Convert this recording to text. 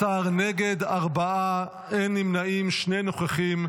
17, נגד, ארבעה, אין נמנעים, שני נוכחים.